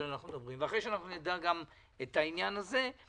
אנחנו מדברים ואחרי שנדע את העניין הזה,